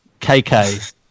KK